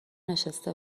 نشسته